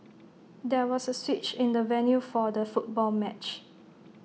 there was A switch in the venue for the football match